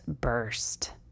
burst